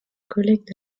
collègues